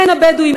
הן הבדואיים,